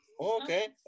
Okay